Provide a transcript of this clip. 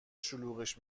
شلوغش